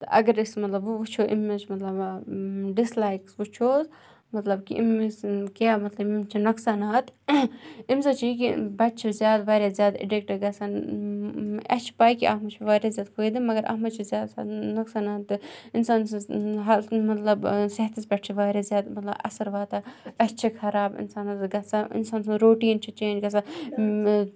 تہٕ اگر أسۍ مطلب وۄنۍ وٕچھو أمِچ مطلب ڈِسلایکٕس وٕچھٕ ہوس مطلب کہِ أمِس کیٛاہ مطلب یِمَن چھِ نۄقصانات اَمہِ سۭتۍ چھُ یہِ کہِ بَچہِ چھِ زیادٕ واریاہ زیادٕ اٮ۪ڈِکٹ گژھان اَسہِ چھُ پَے کہِ اَتھ منٛز چھُ واریاہ زیادٕ فٲیدٕ مگر اَتھ منٛز چھِ زیادٕ نۄقصانات تہِ اِنسان سٕنٛز ہرکُنہِ مطلب صحتَس پٮ۪ٹھ چھِ واریاہ زیادٕ مطلب اثر واتان أچھِ چھِ خراب اِنسانَس گژھان اِنسان سٕنٛز روٗٹیٖن چھِ چینٛج گژھان